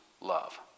love